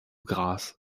graz